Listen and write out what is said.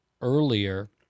earlier